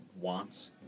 wants